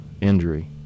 injury